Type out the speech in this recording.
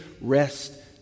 rest